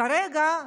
כרגע,